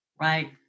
Right